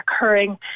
occurring